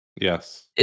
Yes